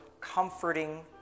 comforting